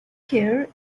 care